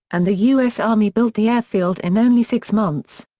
and the u s. army built the airfield in only six months.